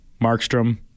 Markstrom